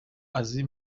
azi